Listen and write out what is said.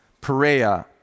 Perea